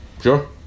Sure